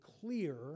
clear